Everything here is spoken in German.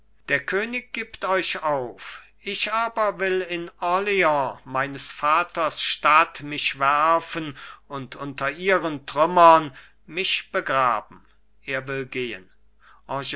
der könig gibt euch auf ich aber will in orleans meines vaters stadt mich werfen und unter ihren trümmern mich begraben er will gehen